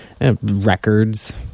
Records